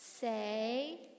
say